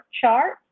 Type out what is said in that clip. chart